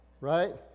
right